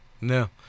No